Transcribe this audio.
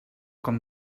com